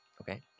Okay